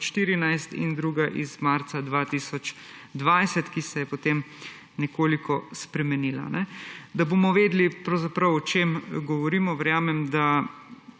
2014 in druga iz marca 2020, ki se je potem nekoliko spremenila. Da bomo vedeli pravzaprav, o čem govorimo, verjamem